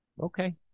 Okay